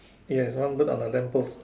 yes one bird on the lamp post